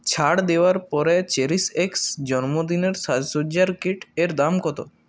ছাড় দেওয়ার পরে চেরিশএক্স জন্মদিনের সাজসজ্জার কিট এর দাম কত